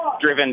driven